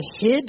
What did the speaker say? hid